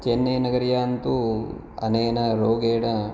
चेन्नै नगर्यां तु अनेन रोगेण